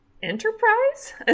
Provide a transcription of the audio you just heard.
Enterprise